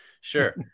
Sure